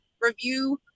review